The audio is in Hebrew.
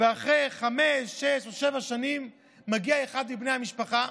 ואחרי חמש, שש או שבע שנים מגיע אחד מבני המשפחה,